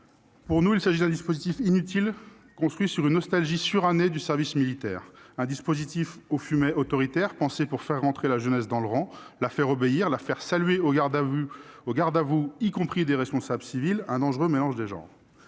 Pour nous, c'est un dispositif inutile, fondé sur une nostalgie surannée du service militaire, un dispositif au fumet autoritaire, pensé pour faire « rentrer la jeunesse dans le rang », la faire obéir, la faire saluer au garde-à-vous, y compris des responsables civils. Un dangereux mélange des genres